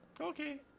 Okay